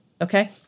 okay